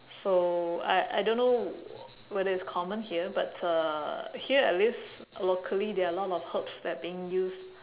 so I I don't know whether it's common here but uh here at least locally there are a lot of herbs that being used